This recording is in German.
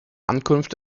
ankunft